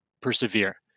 persevere